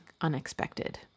unexpected